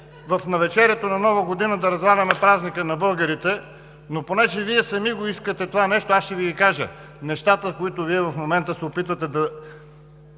в навечерието на Нова година да разваляме празника на българите, но понеже Вие сами искате това нещо, аз ще Ви кажа нещата, които Вие в момента се опитвате да